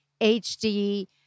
HD